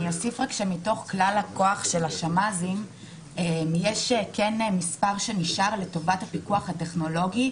אוסיף שמתוך כלל הכוח של השמ"ז יש כוח שנשאר לטובת הפיקוח הטכנולוגי,